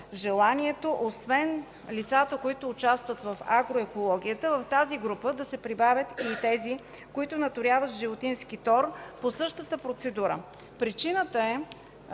желанието – освен лицата, които участват в агроекологията, в тази група да се прибавят и тези, които наторяват с животински тор по същата процедура. Вчера в